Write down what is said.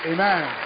Amen